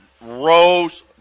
rose